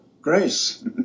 Grace